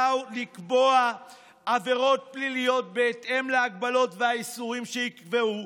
לקבוע עבירות פליליות בהתאם להגבלות והאיסורים שייקבעו,